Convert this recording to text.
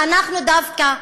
ואנחנו דווקא,